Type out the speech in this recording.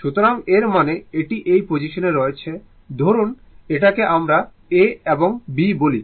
সুতরাং এর মানে এটি এই পজিশনে রয়েছে ধরুন এটাকে আমরা A এবং B বলি